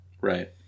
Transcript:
Right